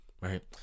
Right